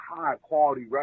high-quality